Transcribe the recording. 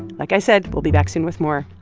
like i said, we'll be back soon with more.